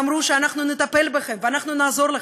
שאמרו: אנחנו נטפל בכם ואנחנו נעזור לכם,